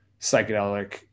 psychedelic